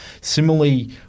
similarly